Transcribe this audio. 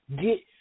get